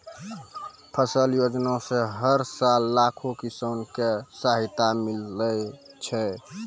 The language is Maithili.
फसल योजना सॅ हर साल लाखों किसान कॅ सहायता मिलै छै